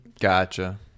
Gotcha